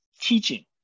teaching